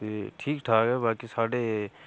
ते ठीक ठाक ऐ बाकी स्हाड़े